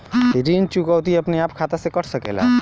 ऋण चुकौती अपने आप खाता से कट सकेला?